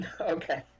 Okay